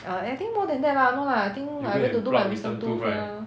err I think more than that lah no lah I think I went to do my wisdom tooth mah